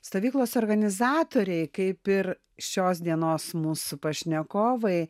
stovyklos organizatoriai kaip ir šios dienos mūsų pašnekovai